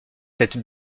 cette